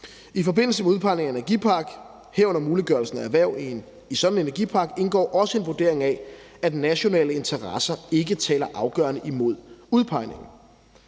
I forbindelse med udpegningen af en energipark, herunder muliggørelsen af at have erhverv i en sådan energipark, indgår også en vurdering af, at nationale interesser ikke taler afgørende imod udpegningen.